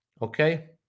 Okay